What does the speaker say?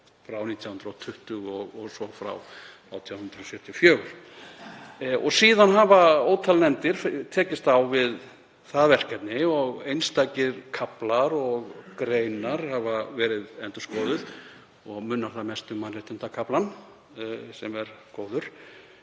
frá 1920 og svo frá 1874. Síðan hafa ótal nefndir tekist á við það verkefni og einstakir kaflar og greinar hafa verið endurskoðuð og munar þar mest um mannréttindakaflann sem er góður.